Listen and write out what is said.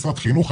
משרד החינוך,